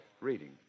reading